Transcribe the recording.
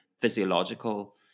physiological